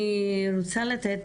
אני רוצה לתת